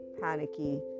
panicky